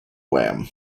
wham